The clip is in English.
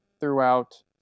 throughout